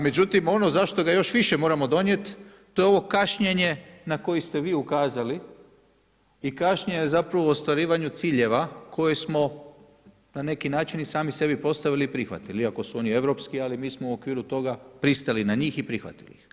Međutim ono zašto ga još više moramo donijet to je ovo kašnjenje na koje ste vi ukazali i kašnjenje zapravo o ostvarivanju ciljeva koje smo na neki način i sami sebi postavili i prihvatili, iako su oni europski, ali mi smo u okviru toga pristali na njih i prihvatili ih.